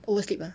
oversleep ah